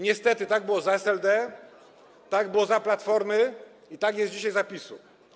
Niestety tak było za SLD, tak było za Platformy i tak jest dzisiaj, za PiS-u.